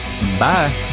bye